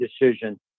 decision